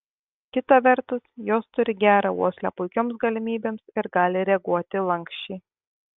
kita vertus jos turi gerą uoslę puikioms galimybėms ir gali reaguoti lanksčiai